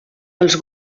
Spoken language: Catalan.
els